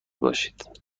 باشید